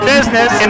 Business